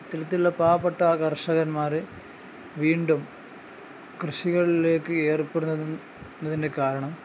ഇത്തരത്തിലുള്ള പാവപ്പെട്ട കർഷകന്മാരെ വീണ്ടും കൃഷികളിലേക്ക് ഏർപ്പെടുന്നു എന്നതിൻ്റെ കാരണം